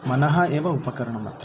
मनः एव उपकरणमत्र